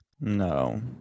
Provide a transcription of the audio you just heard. No